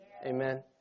amen